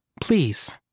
Please